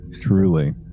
truly